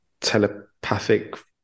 telepathic